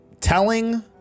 telling